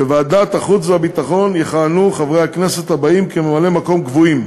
בוועדת החוץ והביטחון יכהנו חברי הכנסת האלה כממלאי-מקום קבועים: